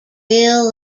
real